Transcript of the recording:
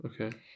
Okay